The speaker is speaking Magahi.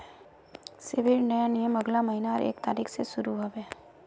सेबीर नया नियम अगला महीनार एक तारिक स शुरू ह बे